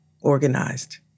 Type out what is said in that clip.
organized